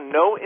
no